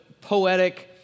poetic